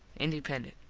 independent.